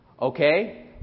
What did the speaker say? Okay